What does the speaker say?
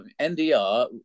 NDR